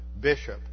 bishop